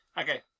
Okay